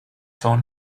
phone